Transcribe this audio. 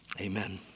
Amen